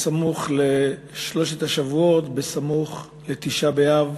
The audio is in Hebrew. בסמוך לשלושת השבועות, בסמוך לתשעה באב,